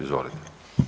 Izvolite.